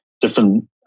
different